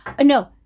no